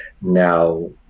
now